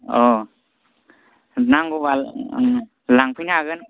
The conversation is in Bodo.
नांगौबा लांफैनो हागोन